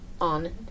on